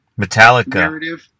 Metallica